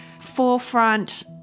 forefront